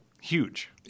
Huge